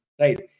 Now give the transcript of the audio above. right